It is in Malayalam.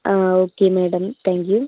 ആ ഓക്കെ മാഡം താങ്ക് യു